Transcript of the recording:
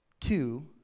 Two